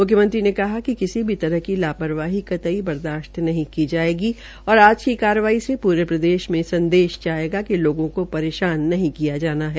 मुख्यमंत्री ने कहा कि किसी भी तरह की लापरवाही कतई बर्दाशत नहीं की जायेगी और आज की कार्रवाई से पूरे प्रदेश मे संदेश जायेगा कि लोगों को परेशान नहीं करना है